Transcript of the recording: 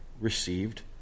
received